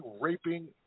raping